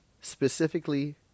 specifically –